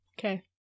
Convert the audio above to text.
Okay